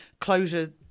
closure